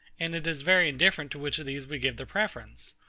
and it is very indifferent to which of these we give the preference.